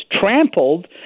trampled